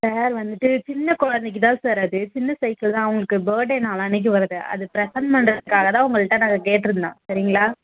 sir வந்துட்டு சின்ன குழந்தைக்கு தான் சார் அது சின்ன சைக்கிள் தான் அவங்களுக்கு பர்டே நாளான்னைக்கு வருது அது ப்ரெசென்ட் பண்ணுறதுக்காகதான் உங்கள்கிட்ட நாங்கள் கேட்டிருந்தோம் சரிங்களா